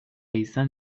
izan